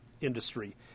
industry